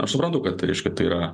aš suprantu kad tai reiškia tai yra